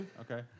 Okay